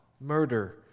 murder